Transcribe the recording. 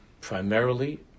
primarily